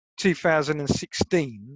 2016